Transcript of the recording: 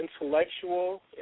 intellectual